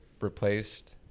replaced